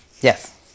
Yes